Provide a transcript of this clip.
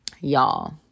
Y'all